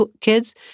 kids